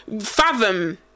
fathom